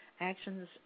actions